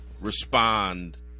respond